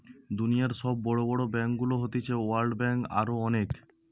দুনিয়র সব বড় বড় ব্যাংকগুলো হতিছে ওয়ার্ল্ড ব্যাঙ্ক, আরো অনেক